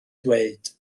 dweud